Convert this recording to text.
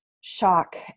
shock